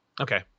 okay